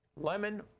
lemon